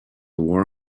war